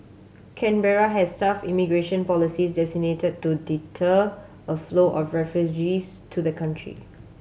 Canberra has tough immigration policies to deter a flow of refugees to the country